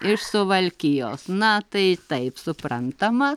iš suvalkijos na tai taip suprantama